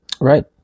Right